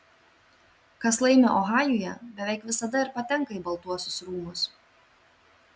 kas laimi ohajuje beveik visada ir patenka į baltuosius rūmus